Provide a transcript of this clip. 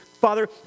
Father